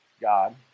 God